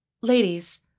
Ladies